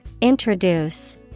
Introduce